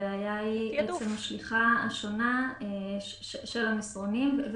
הבעיה היא עצם השליחה השונה של המסרונים.